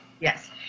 Yes